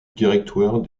directoire